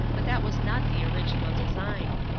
but that was not the original design.